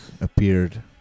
appeared